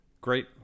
great